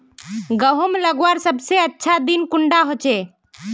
गहुम लगवार सबसे अच्छा दिन कुंडा होचे?